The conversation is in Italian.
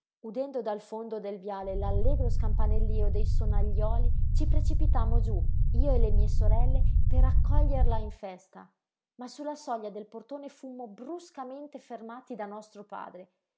udendo dal fondo del viale l'allegro scampanellío dei sonaglioli ci precipitammo giú io e le mie sorelle per accoglierla in festa ma su la soglia del portone fummo bruscamente fermati da nostro padre